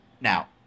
Now